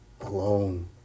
alone